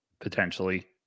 potentially